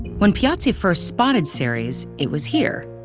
when piazzi first spotted ceres, it was here,